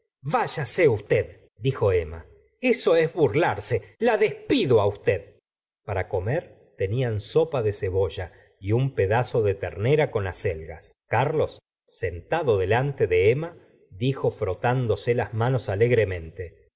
váyase usted dijo emma eso es burlarse la despido usted para comer tenían sopa de cebolla y un pedazo de ternera con acelgas carlos sentado delante de emma dijo frotndo se las manos alegremente